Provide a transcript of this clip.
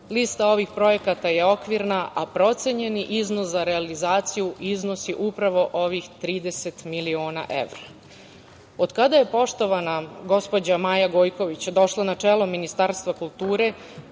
Lista ovih projekata je okvirna, a procenjeni iznos za realizaciju iznosi upravo ovih 30 miliona evra. Od kada je poštovana gospođa Maja Gojković došla na čelo Ministarstva kulture